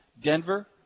denver